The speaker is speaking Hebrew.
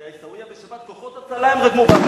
כוחות הצלה הם רגמו,